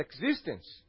existence